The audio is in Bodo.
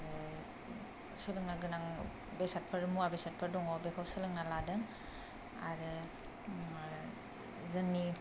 सोलोंनो गोनां बेसादफोर मुवा बेसादफोर दङ बेखौ सोलोंना लादों आरो जोंनि